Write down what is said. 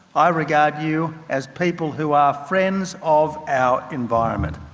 i regard you as people who are friends of our environment.